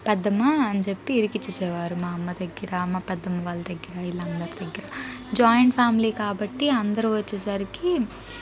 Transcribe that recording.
పెద్దమ్మా అని చెప్పి ఇరికించేసేవారు మా అమ్మ దగ్గర మా పెద్దమ్మ వాళ్ళ దగ్గర వీళ్లందరి దగ్గర జాయింట్ ఫ్యామిలీ కాబట్టి అందరూ వచ్చేసరికి